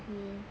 ya